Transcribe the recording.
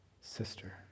sister